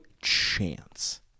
chance